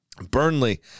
Burnley